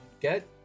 get